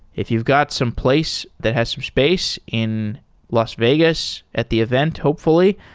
if you've got some place that has some space in las vegas at the event hopefully,